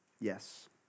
Yes